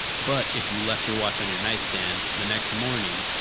but, if you left your watch on your nightstand, the next morning,